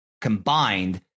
combined